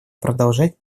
продолжать